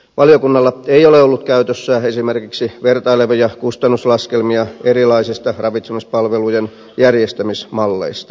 valiokunnalla ei ole ollut käytössä esimerkiksi vertailevia kustannuslaskelmia erilaisista ravitsemuspalvelujen järjestämismalleista